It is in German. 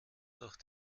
doch